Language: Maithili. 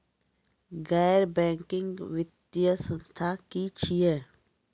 गैर बैंकिंग वित्तीय संस्था की छियै?